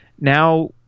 Now